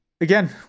again